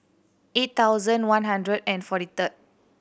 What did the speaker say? eight thousand one hundred and forty third